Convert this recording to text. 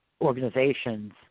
organizations